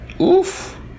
oof